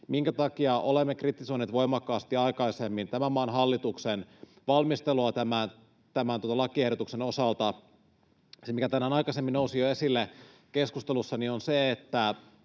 minkä takia olemme kritisoineet voimakkaasti aikaisemmin tämän maan hallituksen valmistelua tämän lakiehdotuksen osalta. Se, mikä tänään jo aikaisemmin nousi esille keskustelussa, on se,